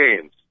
games